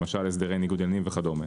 למשל הסדרי ניגוד עניינים וכדומה.